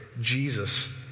Jesus